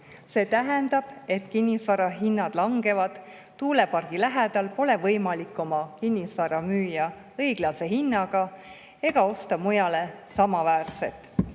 See tähendab, et kinnisvara hinnad langevad. Tuulepargi lähedal pole võimalik oma kinnisvara müüa õiglase hinnaga, et osta mujale samaväärne.